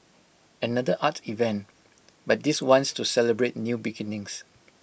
another art event but this one's to celebrate new beginnings